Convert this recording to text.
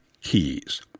keys